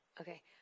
Okay